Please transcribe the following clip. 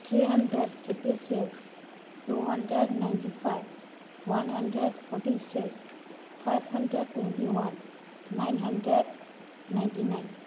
three hundred fifty six two hundred ninety five one hundred forty six five hundred twenty one nine hundred ninety nine